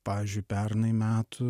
pavyzdžiui pernai metų